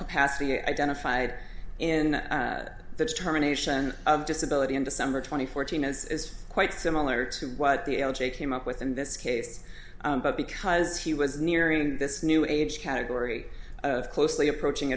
capacity identified in the determination of disability in december twenty fourth genus is quite similar to what the l j came up with in this case but because he was nearing this new age category of closely approaching